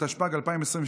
התשפ"ג 2022,